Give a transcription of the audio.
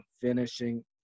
finishing